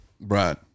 right